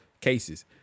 cases